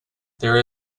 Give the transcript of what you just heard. there